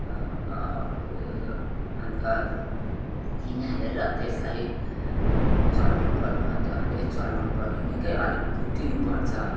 अन्त हिङ हालेर त्यसलाई चलाउनु पऱ्यो मज्जाले चलाउनु पऱ्यो निकै अलिक भुटिनु पर्छ